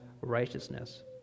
righteousness